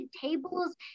tables